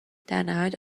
درنهایت